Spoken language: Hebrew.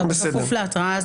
אז